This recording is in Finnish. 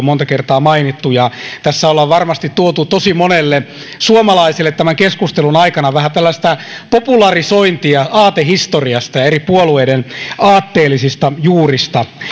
monta kertaa mainittu ja tässä ollaan varmasti tuotu tosi monelle suomalaiselle tämän keskustelun aikana vähän tällaista popularisointia aatehistoriasta ja eri puolueiden aatteellisista juurista